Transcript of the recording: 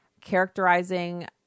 characterizing